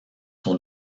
sont